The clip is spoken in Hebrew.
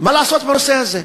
מה לעשות בנושא הזה?